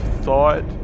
thought